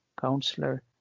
counselor